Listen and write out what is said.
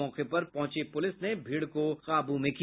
मौके पर पहुंची पुलिस ने भीड़ को काबू में किया